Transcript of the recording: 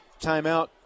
timeout